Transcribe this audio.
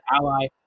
ally